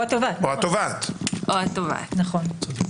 או התובעת, נכון.